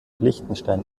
liechtenstein